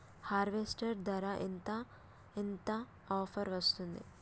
Harvester ధర ఎంత ఎంత ఆఫర్ వస్తుంది?